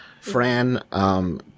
Fran